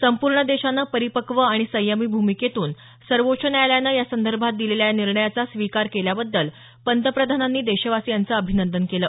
संपूर्ण देशानं परिपक्व आणि संयमी भूमिकेतून सर्वोच्च न्यायालयानं यासंदर्भात दिलेल्या या निर्णयाचा स्वीकार केल्याबद्दल पंतप्रधानांनी देशवासियांचं अभिनंदन केलं